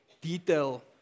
detail